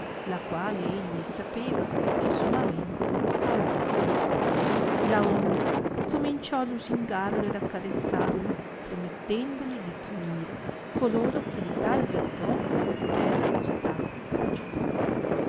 la quale egli sapeva che sommamente amava laonde cominciò lusingarlo ed accarezzarlo promettendogli di punire coloro che di tal vergogna erano stati cagione